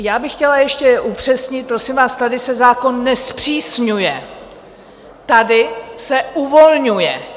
Já bych chtěla ještě upřesnit: prosím vás, tady se zákon nezpřísňuje, tady se uvolňuje!